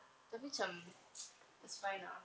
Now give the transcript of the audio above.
tapi macam it's fine lah